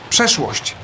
Przeszłość